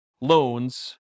loans